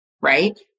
right